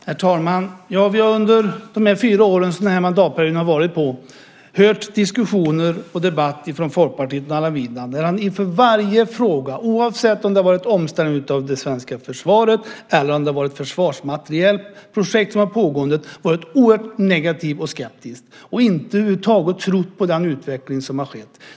Herr talman! Vi har under de fyra år som den här mandatperioden omfattat hört diskussioner och debatter med Folkpartiet och Allan Widman där han inför varje fråga, oavsett om det har varit omställning av det svenska försvaret eller om det har varit försvarsmaterielprojekt som pågått, har varit oerhört negativ och skeptisk och inte över huvud taget trott på den utveckling som har skett.